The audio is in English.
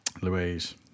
Louise